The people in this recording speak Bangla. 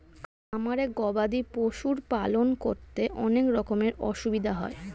খামারে গবাদি পশুর পালন করতে অনেক রকমের অসুবিধা হয়